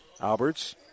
Alberts